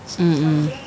mmhmm